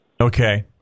Okay